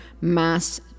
mass